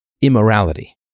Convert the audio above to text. immorality